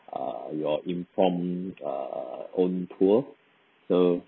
err your inform err own tour so